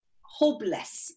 hopeless